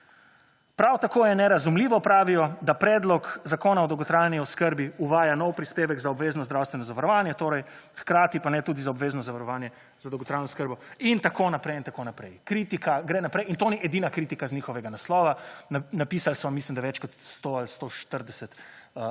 Prav tako je nerazumljivo pravijo, da Predlog Zakona o dolgotrajni oskrbi uvaja nov prispevek za obvezno zdravstveno zavarovanje torej hkrati pa tudi ne za obvezno zavarovanje za dolgotrajno oskrbo in tako naprej in tako naprej. Kritika gre naprej in to ni edin kritika iz njihovega naslova. Napisali so več kot 100 ali 140